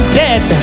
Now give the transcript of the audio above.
dead